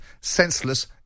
senseless